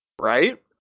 Right